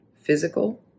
physical